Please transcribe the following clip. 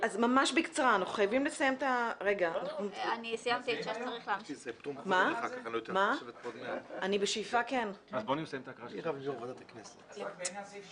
כי סעיף 6 הוא